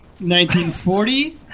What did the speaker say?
1940